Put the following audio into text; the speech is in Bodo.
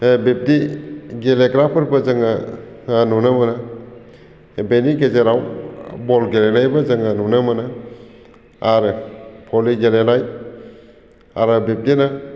बे बिब्दि गेलेग्रा फोरबो जोङो नुनो मोनो बेनि गेजेराव बल गेलेनायबो जोङो नुनो मोनो आरो भली गेलेनाय आरो बिब्दिनो